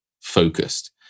focused